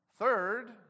Third